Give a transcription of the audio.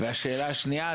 והשאלה השנייה,